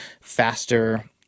faster